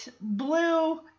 blue